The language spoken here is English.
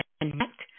connect